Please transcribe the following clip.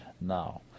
Now